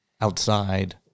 outside